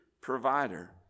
provider